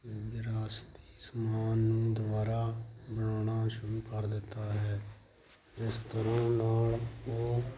ਵਿਰਾਸਤੀ ਸਮਾਨ ਨੂੰ ਦੁਬਾਰਾ ਬਣਾਉਣਾ ਸ਼ੁਰੂ ਕਰ ਦਿੱਤਾ ਹੈ ਇਸ ਤਰ੍ਹਾਂ ਨਾਲ ਉਹ